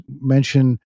mention